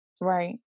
Right